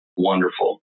wonderful